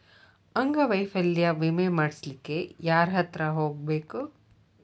ಅಂಗವೈಫಲ್ಯ ವಿಮೆ ಮಾಡ್ಸ್ಲಿಕ್ಕೆ ಯಾರ್ಹತ್ರ ಹೊಗ್ಬ್ಖು?